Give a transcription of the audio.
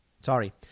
Sorry